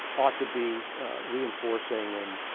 ought to be reinforcing and